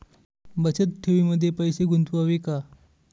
बचत ठेवीमध्ये पैसे गुंतवावे का?